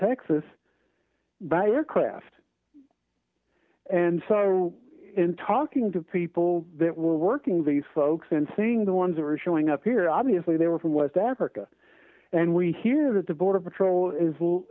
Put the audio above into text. texas barrier craft and so in talking to people that were working these folks and seeing the ones that were showing up here obviously they were from west africa and we hear that the border patrol is little